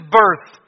birth